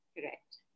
Correct